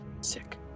Sick